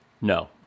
No